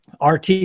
RT